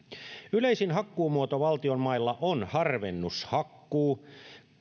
yleisin hakkuumuoto valtion mailla on harvennushakkuu